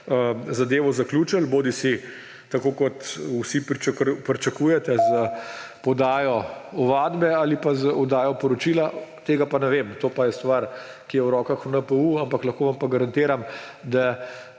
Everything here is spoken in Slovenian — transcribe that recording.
zadevo zaključili bodisi tako, kot vsi pričakujete, s podajo ovadbe, bodisi z oddajo poročila. Tega pa ne vem, to pa je stvar, ki je v rokah NPU, ampak lahko vam pa garantiram, da